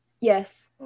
Yes